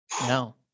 No